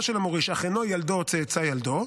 של המוריש אך אינו ילדו או צאצא ילדו,